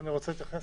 אני רוצה להתייחס